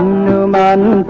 newman